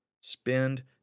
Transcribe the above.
spend